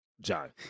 John